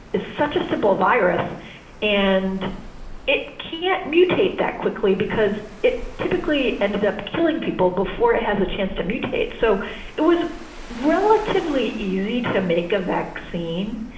is such a simple virus and it can't mutate that quickly because it typically ended up killing people before it has a chance to mutate. so it was relatively easy to make a vaccine.